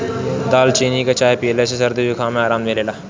दालचीनी के चाय पियला से सरदी जुखाम में आराम मिलेला